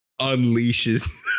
unleashes